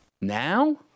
Now